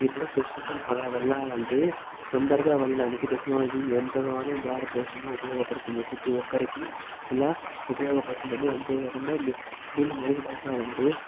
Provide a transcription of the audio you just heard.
ఇప్పుడు ప్రస్తుతం అలా వెళ్ళా లంటే తొందరగా వెళ్ళడానికి టెక్నాలజీ ఎంతగానో భారతదేశంలో ఉపయోగపడుతుంది ప్రతి ఒక్కరికి ఇలా ఉపయోగపడుతుందని అంతే కాకుండా దీ దీన్ని మెరుగుపరచాలంటే